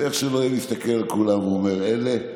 ואיך שלא יהיה, מסתכל על כולם ואומר: אלה,